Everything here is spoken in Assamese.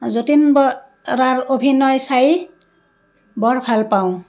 যতীন বৰাৰ অভিনয় চাই বৰ ভাল পাওঁ